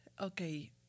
okay